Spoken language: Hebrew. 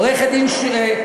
עורך-דין אייל לב-ארי,